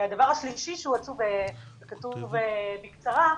והדבר השלישי שהוא עצוב וכתוב בקצרה,